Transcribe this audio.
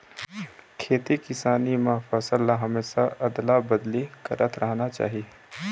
खेती किसानी म फसल ल हमेशा अदला बदली करत रहना चाही